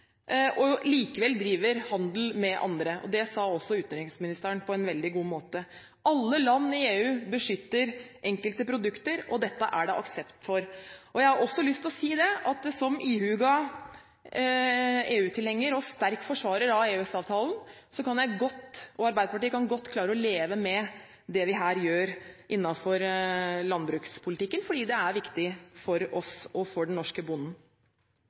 og likevel driver handel med andre. Det sa også utenriksministeren på en veldig god måte. Alle land i EU beskytter enkelte produkter, og dette er det aksept for. Jeg har også lyst til å si at som ihuga EU-tilhenger og sterk forsvarer av EØS-avtalen, at jeg og Arbeiderpartiet godt kan leve med det vi her gjør innenfor landbrukspolitikken, fordi det er viktig for oss og for den norske bonden.